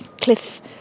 cliff